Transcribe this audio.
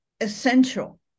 essential